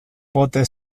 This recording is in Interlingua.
pote